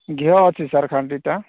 ଘିଅ ଅଛି ସାର୍ ଖାଣ୍ଟିଟା